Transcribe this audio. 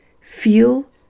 feel